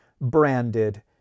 branded